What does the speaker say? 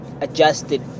adjusted